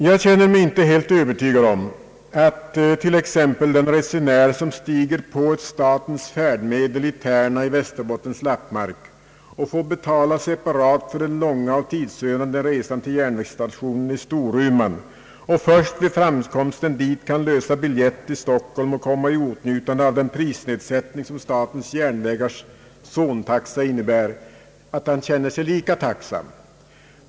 Jag är inte helt övertygad om att t.ex. den resenär, som stiger på ett statens färdmedel i Tärna i Västerbottens lappmark och får betala separat för den långa och tidsödande resan till järnvägsstationen i Storuman samt först vid framkomsten dit kan lösa biljett till Stockholm och komma i åtnjutande av den prisnedsättning som statens järnvägars zontaxa innebär, känner sig lika tacksam.